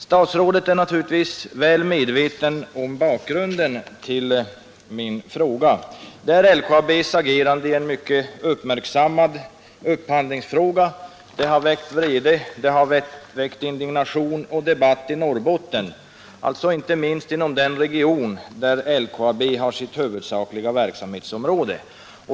Statsrådet är naturligtvis väl medveten om bakgrunden till min fråga. Det är LKAB:s agerande i en mycket uppmärksammad upphandlingsfråga. Det har väckt vrede och det har väckt indignation och debatt i Norrbotten, alltså inte minst inom den region där LKAB har sitt huvudsakliga verksamhetsområde.